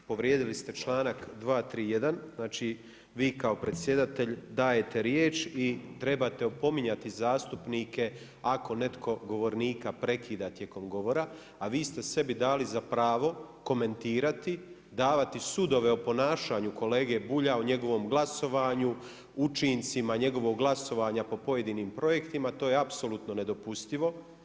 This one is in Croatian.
Povrijedili ste članak 231. znači vi kao predsjedatelj dajete riječ i trebate opominjati zastupnike, ako netko od govornika prekida tijekom govora, a vi ste sebi dali za pravo, komentirati, davati sudove o ponašanje kolege Bulja, o njegovom glasovanju, učincima njegovog glasovanja po pojedinim projektima, to je apsolutno nedopustivo.